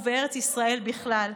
ובארץ ישראל בכלל.